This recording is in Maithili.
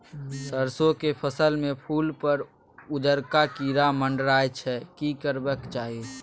सरसो के फसल में फूल पर उजरका कीरा मंडराय छै की करबाक चाही?